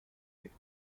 week